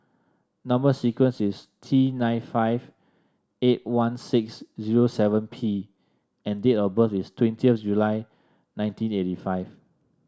number sequence is T nine five eight one six zero seven P and date of birth is twentieth July nineteen eighty five